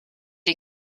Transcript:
les